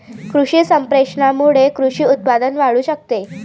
कृषी संप्रेषणामुळे कृषी उत्पादन वाढू शकते